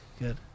Good